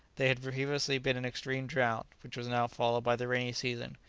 there had previously been an extreme drought, which was now followed by the rainy season,